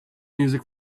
music